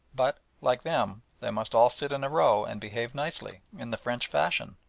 but, like them, they must all sit in a row and behave nicely in the french fashion,